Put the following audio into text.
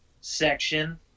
section